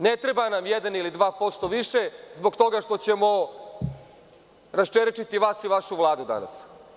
Ne treba nam jedan ili dva posto više, zbog toga što ćemo rasčerečiti vas i vašu Vladu danas.